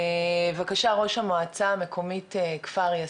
בבקשה ראש המועצה המקומית כפר יאסיף.